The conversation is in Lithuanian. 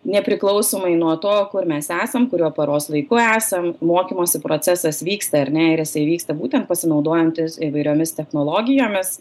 nepriklausomai nuo to kur mes esam kuriuo paros laiku esam mokymosi procesas vyksta ar ne ir jisai vyksta būtent pasinaudojantis įvairiomis technologijomis